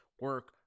Work